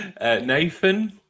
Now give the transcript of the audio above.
Nathan